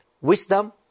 wisdom